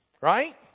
Right